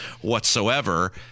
whatsoever